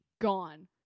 gone